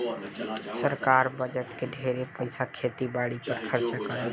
सरकार बजट के ढेरे पईसा खेती बारी पर खर्चा करेले